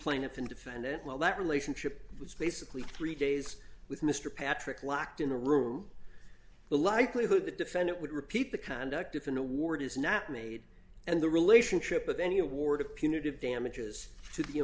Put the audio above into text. plaintiff and defendant while that relationship was basically three days with mr patrick locked in a room the likelihood the defendant would repeat the conduct of an award is not made and the relationship of any award of punitive damages to the